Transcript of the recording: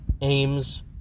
aims